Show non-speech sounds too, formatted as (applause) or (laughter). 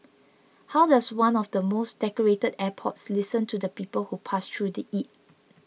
how does one of the most decorated airports listen to the people who pass through (unintelligible) it